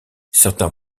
certains